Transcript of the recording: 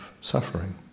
suffering